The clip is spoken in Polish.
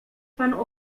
pan